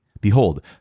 behold